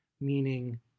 meaning